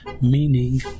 meaning